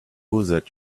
that